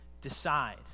decide